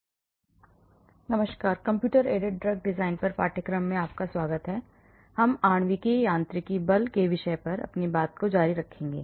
सभी को नमस्कार कंप्यूटर एडेड डिजाइन पर पाठ्यक्रम में आपका स्वागत है हम आणविक यांत्रिकी बल के विषय पर जारी रखेंगे